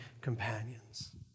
companions